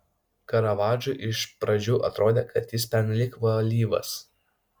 karavadžui iš pradžių atrodė kad jis pernelyg valyvas